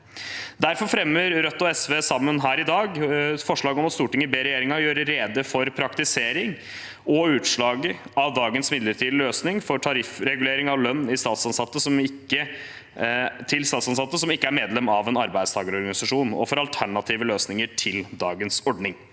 Derfor fremmer Rødt og SV sammen her i dag et forslag om at Stortinget ber regjeringen gjøre rede for praktisering og utslagene av dagens midlertidige løsning for tariffregulering av lønn til statsansatte som ikke er medlem av en arbeidstakerorganisasjon, og for alternative løsninger til dagens ordning.